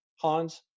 Hans